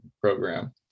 program